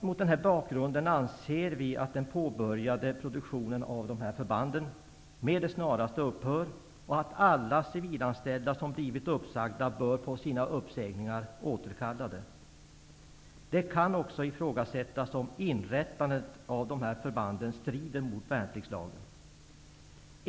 Mot den bakgrunden anser vi att den påbörjade produktionen av dessa förband med det snaraste bör upphöra och att alla civilanställda som blivit uppsagda bör få sina uppsägningar återkallade. Det kan också ifrågasättas om inrättandet av dessa förband strider mot värnpliktslagen.